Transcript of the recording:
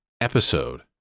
episode